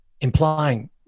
Implying